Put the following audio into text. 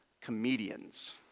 Comedians